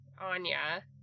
Anya